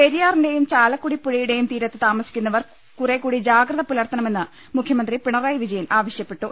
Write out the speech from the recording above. പെരിയാറിന്റെയും ചാലക്കുടി പുഴയുടെയും തീരത്ത് താമ സിക്കുന്നവർ കുറേക്കൂടി ജാഗ്രത പുലർത്തണമെന്ന് മുഖ്യ മന്ത്രി പിണറായി വിജയൻ ആവശ്യപ്പെട്ടു